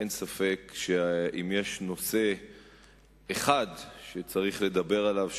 אין ספק שאם יש נושא אחד שצריך לדבר עליו,